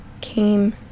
came